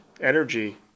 energy